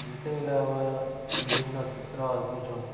ଯେତେବେଳେ ଆମେ ବିଭିନ୍ନ ଚିତ୍ର ଆଙ୍କୁୁଛୁ